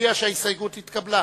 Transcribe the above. אודיע שההסתייגות התקבלה.